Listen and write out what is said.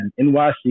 NYC